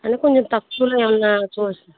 అంటే మీరు తక్కువలో ఏమైనా చూసి